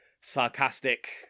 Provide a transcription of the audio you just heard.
sarcastic